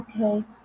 okay